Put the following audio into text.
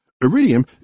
Iridium